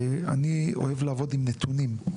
אני אוהב לעבוד עם נתונים,